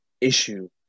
issue